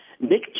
Nick